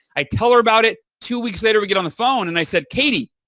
i tell her about it. two weeks later we get on the phone and i said, katie,